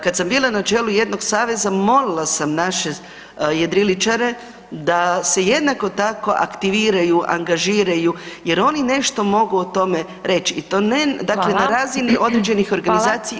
Kada sam bila na čelu jednog saveza molila sam naše jedriličare da se jednako tako aktiviraju, angažiraju jer oni nešto mogu o tome reći i to ne na razini određeni organizacija.